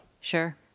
Sure